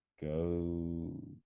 Go